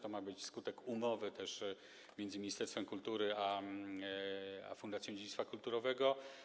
To ma być też skutek umowy między ministerstwem kultury a Fundacją Dziedzictwa Kulturowego.